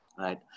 Right